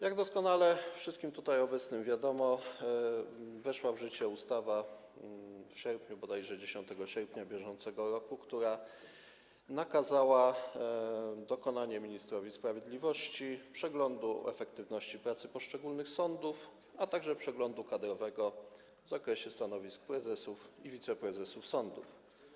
Jak doskonale wszystkim tutaj obecnym wiadomo, w sierpniu weszła w życie ustawa, bodajże 10 sierpnia br., która nakazała dokonanie ministrowi sprawiedliwości przeglądu efektywności pracy poszczególnych sądów, a także przeglądu kadrowego w zakresie stanowisk prezesów i wiceprezesów sądów.